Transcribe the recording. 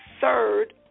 third